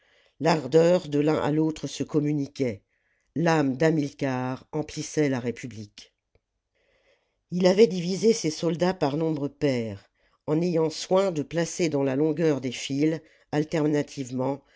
l'ardeur de l'un à l'autre se communiquait l'âme d'hamilcar emplissait la république ii avait divisé ses soldats par nombres pairs en ayant soin de placer dans la longueur des files alternativement